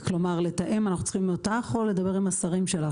לתאם אנחנו צריכים אותך או לדבר עם השרים שלך,